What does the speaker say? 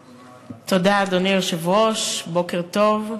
תודה, אדוני היושב-ראש, בוקר טוב.